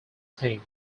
team